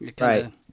right